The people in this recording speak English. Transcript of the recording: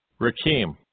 Rakim